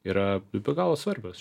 yra be galo svarbios